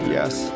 Yes